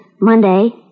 Monday